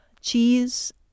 cheese